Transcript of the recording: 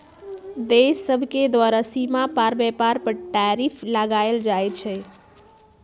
देश सभके द्वारा सीमा पार व्यापार पर टैरिफ लगायल जाइ छइ